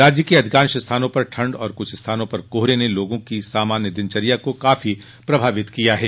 राज्य के अधिकांश स्थानों पर ठंड और कुछ स्थानों पर कोहरे ने लोगों की सामान्य दिनचर्या को काफी प्रभावित किया है